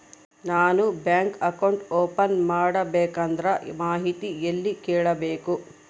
ನಾನು bank account open ಮಾಡಬೇಕಂದ್ರ ಮಾಹಿತಿ ಎಲ್ಲಿ ಕೇಳಬೇಕು?